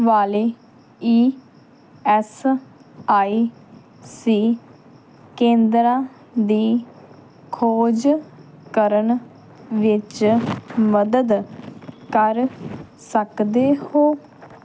ਵਾਲੇ E S I C ਕੇਂਦਰਾਂ ਦੀ ਖੋਜ ਕਰਨ ਵਿੱਚ ਮਦਦ ਕਰ ਸਕਦੇ ਹੋ